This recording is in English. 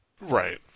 Right